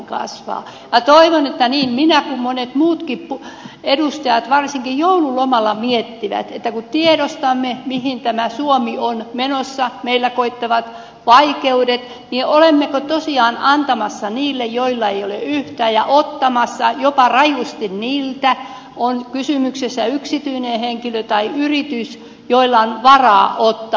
minä toivon että niin minä kuin monet muutkin edustajat varsinkin joululomalla miettivät kun tiedostamme mihin tämä suomi on menossa meillä koittavat vaikeudet olemmeko tosiaan antamassa niille joilla ei ole yhtään ja ottamassa jopa rajusti niiltä on kysymyksessä yksityinen henkilö tai yritys joilta on varaa ottaa